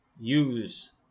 Use